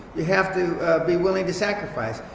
you have to be willing to sacrifice.